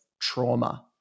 trauma